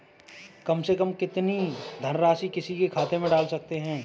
कम से कम कितनी धनराशि किसी के खाते में डाल सकते हैं?